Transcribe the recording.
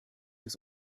des